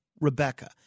Rebecca